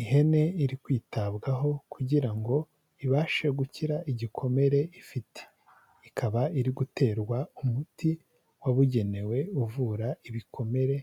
Ihene iri kwitabwaho kugira ngo ibashe gukira igikomere ifite, ikaba iri guterwa umuti wabugenewe uvura ibikomere